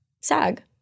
Sag